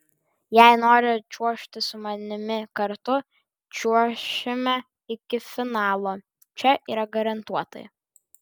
jei nori čiuožti su manimi kartu čiuošime iki finalo čia yra garantuotai